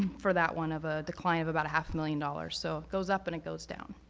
for that one of a decline of about a half million dollars. so it goes up and it goes down.